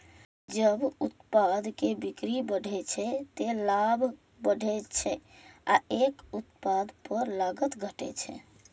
जब उत्पाद के बिक्री बढ़ै छै, ते लाभ बढ़ै छै आ एक उत्पाद पर लागत घटै छै